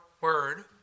word